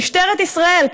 משטרת ישראל,